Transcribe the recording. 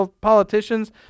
politicians